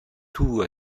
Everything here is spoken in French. tout